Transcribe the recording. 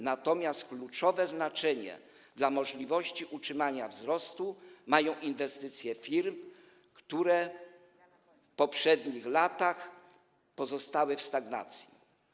Natomiast kluczowe znaczenie dla możliwości utrzymania wzrostu mają inwestycje firm, które w poprzednich latach pozostawały w stagnacji.